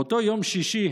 באותו יום שישי,